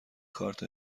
کارت